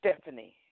Stephanie